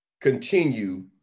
continue